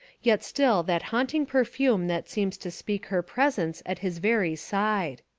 yet still that haunting perfume that seems to speak her presence at his very side.